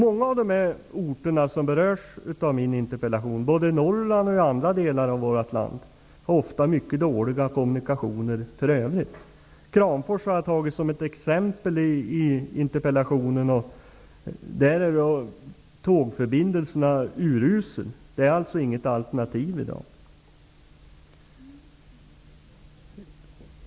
Många av de orter som berörs av min interpellation, både i Norrland och i andra delar av vårt land, har mycket dåliga kommunikationer i övrigt. Kramfors har jag tagit som exempel i interpellationen. Där är tågförbindelserna urusla. Det är alltså inget alternativ i dag.